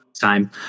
time